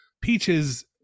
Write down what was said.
peaches